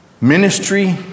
Ministry